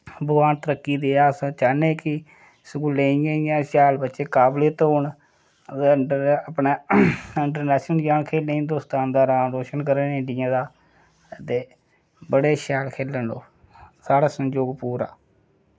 भगवान तरक्की दिये अस चाहन्ने कि स्कूलें इयां इयां शैल बच्चे काबिलियत होन ओह्दे अंडर अपने इंटरनैशनल जान खेलने हिन्दोस्तान दा नां रोशन करन इंडिया दा ते बड़े शैल खेलन ओ साढ़ा संजोग पूरा